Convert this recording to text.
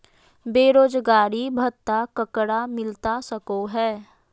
बेरोजगारी भत्ता ककरा मिलता सको है?